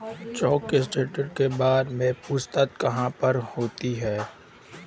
Check के status के बारे में पूछताछ कहाँ पर होती है?